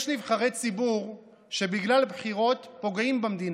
יש נבחרי ציבור שבגלל בחירות פוגעים במדינה.